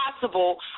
possible